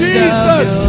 Jesus